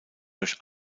durch